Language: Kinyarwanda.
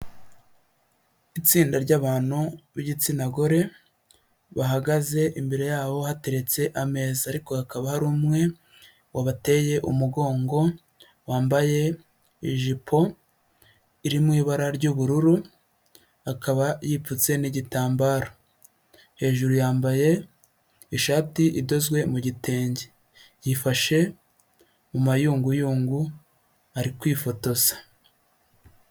Itsinda ry'abantu b'igitsina gore bahagaze imbere yabo hateretse ameza ariko hakaba hari umwe wabateye umugongo, wambaye ijipo iri mu ibara ry'ubururu akaba yipfutse n'igitambaro, hejuru yambaye ishati idozwe mu gitenge, yifashe mu mayunguyungu ari kwifotoza.